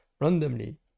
randomly